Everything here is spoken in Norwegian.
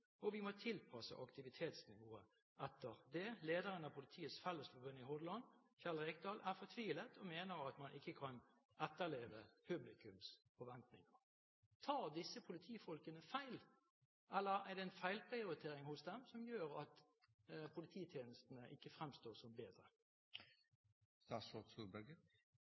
Lederen av Politiets Fellesforbund Hordaland, Kjetil Rekdal, er fortvilet og mener at man ikke kan etterleve publikums forventninger. Tar disse politifolkene feil, eller er det en feilprioritering hos dem som gjør at polititjenestene ikke fremstår som bedre?